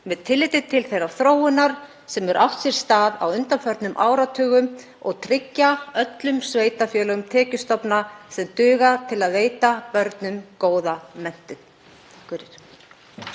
með tilliti til þeirrar þróunar sem átt hefur sér stað á undanförnum áratugum og tryggja öllum sveitarfélögum tekjustofna sem duga til að veita börnum góða menntun.